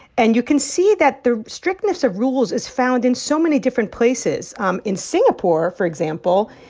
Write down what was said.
and you can see that the strictness of rules is found in so many different places. um in singapore, for example,